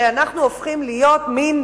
אנחנו הופכים להיות מין